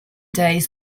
days